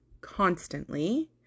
constantly